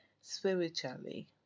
spiritually